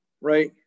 right